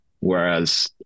Whereas